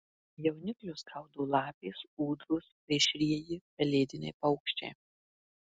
jauniklius gaudo lapės ūdros plėšrieji pelėdiniai paukščiai